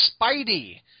Spidey